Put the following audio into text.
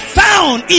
found